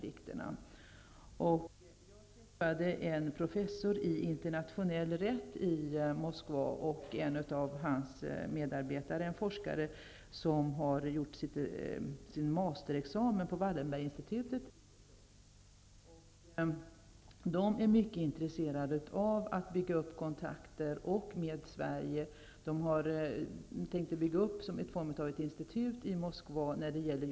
Jag träffade i Moskva en professor i internationell rätt och en medarbetare till honom -- en forskare som tog sin Masterexamen på Wallenberginstitutet i Lund. De är båda mycket intresserade av att bygga upp kontakter, bl.a. med Sverige. De tänkte öppna ett institut i Moskva för etniska konflikter i samarbete med andra länder.